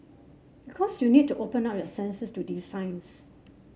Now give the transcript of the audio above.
because you need to open up your senses to these signs